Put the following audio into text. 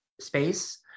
space